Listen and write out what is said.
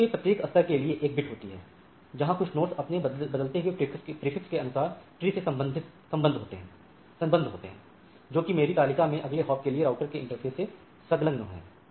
तो ट्री के प्रत्येक स्तर के लिए एक Bit होती है जहां कुछ नोड्स अपने बदलते हुए prefix के अनुरूप tree से संबंध होते हैं जो कि मेरी तालिका में अगले हॉप के लिए राउटर के इंटरफ़ेस से संलग्न है